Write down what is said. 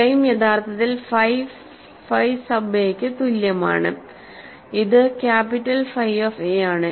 claim യഥാർത്ഥത്തിൽ phi phi sub a ക്ക് തുല്യമാണ് അത് ക്യാപിറ്റൽ ഫൈ ഓഫ് a ആണ്